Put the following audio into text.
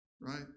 right